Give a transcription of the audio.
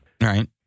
right